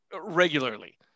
regularly